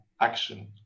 action